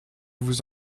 vous